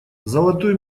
золотую